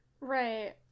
right